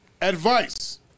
Advice